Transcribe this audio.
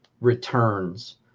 returns